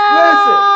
listen